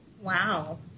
Wow